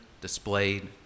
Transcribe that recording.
displayed